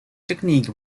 technique